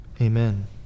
amen